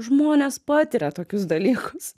žmonės patiria tokius dalykus